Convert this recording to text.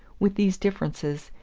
with these differences,